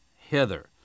hither